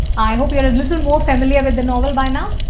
i hope you are a little and more familiar with the novel by now.